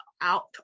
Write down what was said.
out